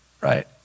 right